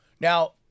Now